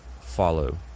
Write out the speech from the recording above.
follow